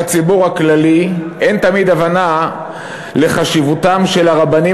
בציבור הכללי אין תמיד הבנה לחשיבותם של הרבנים